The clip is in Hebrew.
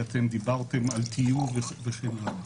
כי דיברתם על טיוב וכן הלאה.